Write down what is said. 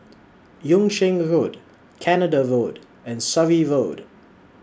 Yung Sheng Road Canada Road and Surrey Road